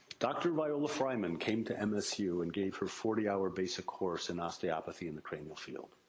dr. viola frymann came to msu and gave her forty hour basic course in osteopathy in the cranial field.